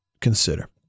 consider